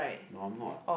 no I'm not